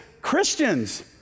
Christians